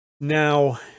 Now